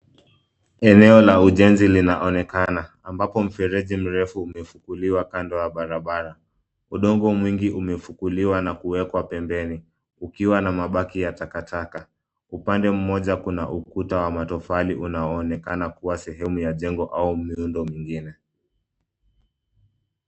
Eneo la ujenzi linaonekana ambapo mfereji mrefu umefukuliwa kando ya barabara udongo mwingi umefukuliwa na kuwekwa pembeni ukiwa na mabaki ya takataka upande mmoja kuna ukuta wa matofari unaonekana kuwa sehemu ya jengo au muundo mwingine.